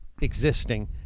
existing